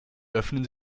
öffnen